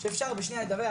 שאפשר בשנייה לדווח,